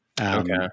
okay